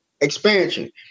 Expansion